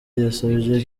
yasabye